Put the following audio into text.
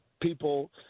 people